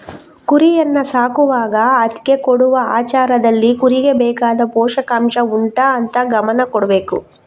ಕುರಿಯನ್ನ ಸಾಕುವಾಗ ಅದ್ಕೆ ಕೊಡುವ ಆಹಾರದಲ್ಲಿ ಕುರಿಗೆ ಬೇಕಾದ ಪೋಷಕಾಂಷ ಉಂಟಾ ಅಂತ ಗಮನ ಕೊಡ್ಬೇಕು